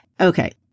okay